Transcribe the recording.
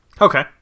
Okay